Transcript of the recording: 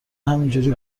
همینجوری